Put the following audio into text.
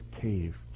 cave